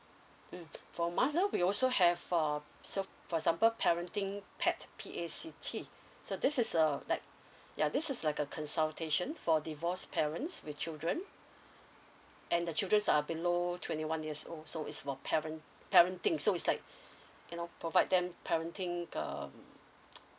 mm for mother we also have um so for example parenting pact P A C T so this is um like ya this is like a consultation for divorced parents with children and the children are below twenty one years old so is for parent parenting so is like you know provide them parenting um